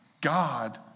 God